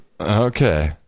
okay